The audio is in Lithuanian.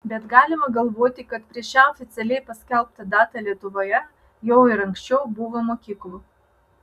bet galima galvoti kad prieš šią oficialiai paskelbtą datą lietuvoje jau ir anksčiau buvo mokyklų